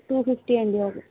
to fifty అండి